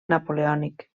napoleònic